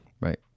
Right